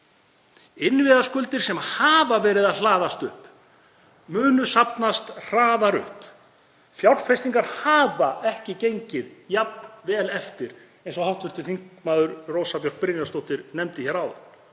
Innviðaskuldir sem hafa verið að hlaðast upp munu safnast hraðar upp. Fjárfestingar hafa ekki gengið jafn vel eftir, eins og hv. þm. Rósa Björk Brynjólfsdóttir nefndi hér áðan.